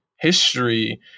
history